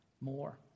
more